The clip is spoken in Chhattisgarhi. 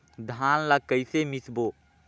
धान ला कइसे मिसबो?